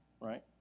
right